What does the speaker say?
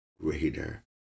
greater